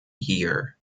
year